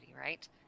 right